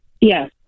Yes